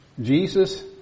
Jesus